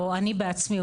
או אני בעצמי,